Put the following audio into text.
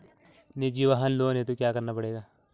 निजी वाहन लोन हेतु क्या करना पड़ेगा?